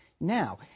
now